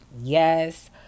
yes